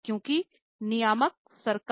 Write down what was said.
क्योंकि नियामक सरकार